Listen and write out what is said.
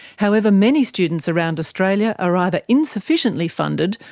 however, many students around australia are either insufficiently funded,